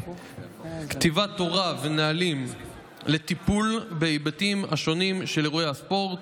כתיבת תורה ונהלים לטיפול בהיבטים השונים של אירועי הספורט,